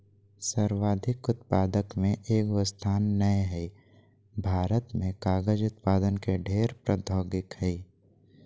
सर्वाधिक उत्पादक में एगो स्थान नय हइ, भारत में कागज उत्पादन के ढेर प्रौद्योगिकी हइ